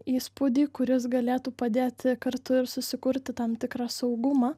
įspūdį kuris galėtų padėti kartu ir susikurti tam tikrą saugumą